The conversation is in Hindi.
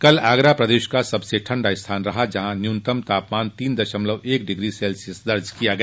कल आगरा प्रदेश का सबसे ठंडा स्थान रहा जहां न्यूनतम तापमान तीन दशमलव एक डिग्री सेल्सियस दर्ज किया गया